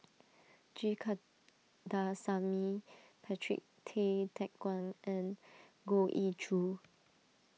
G Kandasamy Patrick Tay Teck Guan and Goh Ee Choo